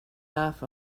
love